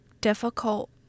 difficult